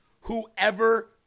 whoever